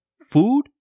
food